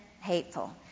hateful